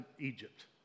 Egypt